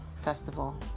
Festival